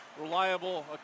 reliable